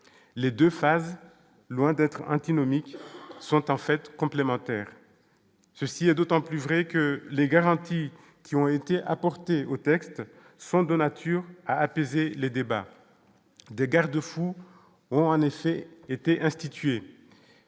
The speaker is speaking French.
les 2 phases, loin d'être antinomique, sont en fait complémentaires, ceci est d'autant plus vrai que les garanties qui ont été apportées au texte sont de nature à apaiser les débats des garde-fous ont en effet été institué